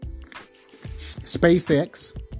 SpaceX